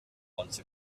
once